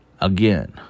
Again